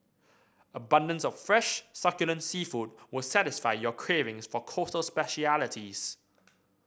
abundance of fresh succulent seafood will satisfy your cravings for coastal specialities